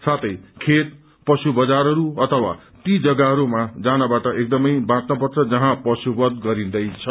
साथै खेत पशु बजारहरू अथवा ती जग्गाहरूमा जानबाट एकदमै बाँच्न पर्छ जहाँ पशु वध गरिन्दैछ